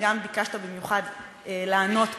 וגם ביקשת במיוחד לענות כאן,